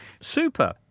super